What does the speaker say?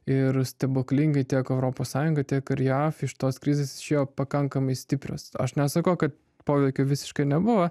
ir stebuklingai tiek europos sąjunga tiek ir jav iš tos krizės išėjo pakankamai stiprios aš nesakau kad poveikio visiškai nebuvo